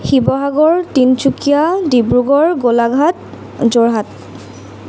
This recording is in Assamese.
শিৱসাগৰ তিনচুকীয়া ডিব্ৰুগড় গোলাঘাট যোৰহাট